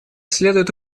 следует